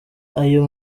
ayo